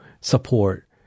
support